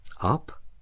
Up